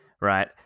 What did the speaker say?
right